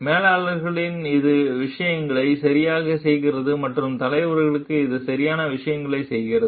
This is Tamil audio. மேலாளர்களில் இது விஷயங்களைச் சரியாகச் செய்கிறது மற்றும் தலைவர்களுக்கு இது சரியான விஷயங்களைச் செய்கிறது